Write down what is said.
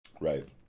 Right